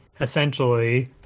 essentially